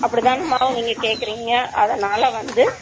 அப்படி தானேம்மா நீங்கள் கேட்குறீங்க அதனால் வந்து